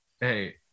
hey